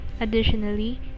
Additionally